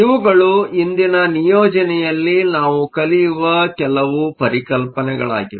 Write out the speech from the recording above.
ಇವುಗಳು ಇಂದಿನ ನಿಯೋಜನೆಯಲ್ಲಿ ನಾವು ಕಲಿಯುವ ಕೆಲವು ಪರಿಕಲ್ಪನೆಗಳಾಗಿವೆ